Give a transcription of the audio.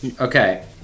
Okay